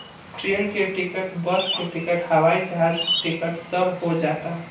train के ticket, bus के ticket, हवाई जहाज टिकट सब हो जाता